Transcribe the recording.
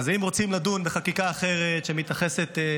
אם רוצים לדון בחקיקה אחרת, שמתייחסת,